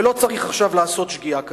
ולא צריך עכשיו לעשות שגיאה כזאת.